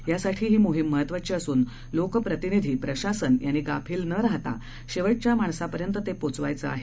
यासाठी ही मोहिम महत्वाची असून लोकप्रतिनिधी प्रशासन यांनी गाफील न राहता शेवटच्या माणसापर्यंत ते पोहचायचे आहे